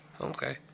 Okay